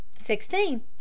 sixteen